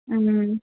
മ്മ്